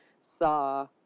saw